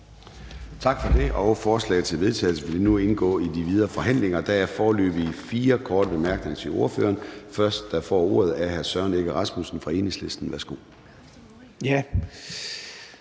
Tak for det. Forslaget til vedtagelse vil nu indgå i de videre forhandlinger. Der er foreløbig fire med korte bemærkninger til ordføreren. Den første, der får ordet, er hr. Søren Egge Rasmussen fra Enhedslisten. Værsgo.